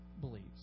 believes